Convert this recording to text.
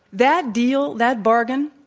that deal, that bargain,